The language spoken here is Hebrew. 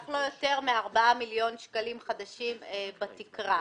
אך לא יותר מארבעה מיליון שקלים חדשים בתקרה.